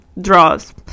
draws